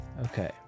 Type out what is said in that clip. okay